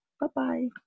Bye-bye